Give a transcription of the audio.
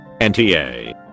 NTA